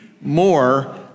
more